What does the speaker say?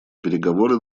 переговоры